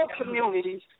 communities